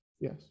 Yes